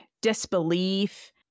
disbelief